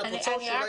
את רוצה?